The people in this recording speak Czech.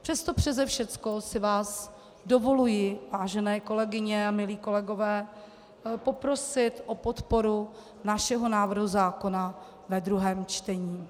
Přes to přese všechno si vás dovoluji, vážené kolegyně a milí kolegové, poprosit o podporu našeho návrhu zákona ve druhém čtení.